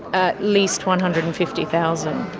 at least one hundred and fifty thousand